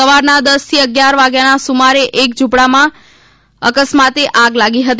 સવારના દસથી અગિયાર વાગ્યાના સુમારે એક ઝૂંપડામાં અકસ્માતે આગ લાગી હતી